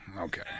okay